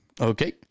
Okay